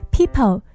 People